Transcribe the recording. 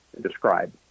describe